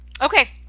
okay